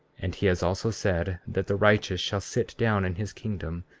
and he has also said that the righteous shall sit down in his kingdom,